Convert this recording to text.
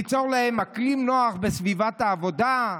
ליצור להן אקלים נוח בסביבת העבודה,